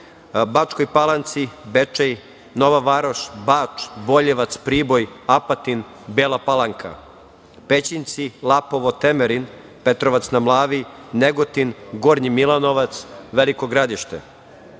Bačkoj Palanci, Bečej, Nova Varoš, Bač, Boljevac, Priboj, Apatin, Bela Palanka, Pećinci, Lapovo, Temerin, Petrovac na Mlavi, Negotin, Gornji Milanovac, Veliko Gradište,